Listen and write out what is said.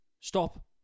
stop